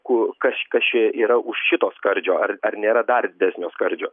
ku kas kas čia yra už šito skardžio ar ar nėra dar didesnio skardžio